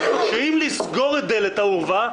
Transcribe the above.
אתם רשאים לסגור את דלת האורווה,